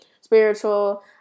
spiritual